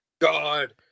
God